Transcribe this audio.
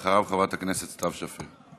אחריו, חברת הכנסת סתיו שפיר.